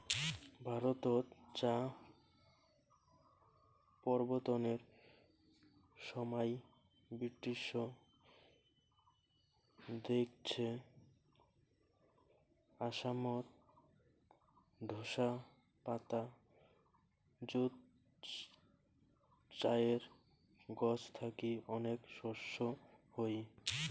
ভারতত চা প্রবর্তনের সমাই ব্রিটিশ দেইখছে আসামত ঢোসা পাতা যুত চায়ের গছ থাকি অনেক শস্য হই